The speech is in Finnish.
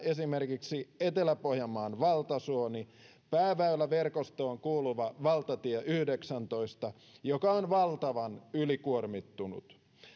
esimerkiksi etelä pohjanmaan valtasuoni pääväyläverkostoon kuuluva valtatie yhdeksäntoista joka on valtavan ylikuormittunut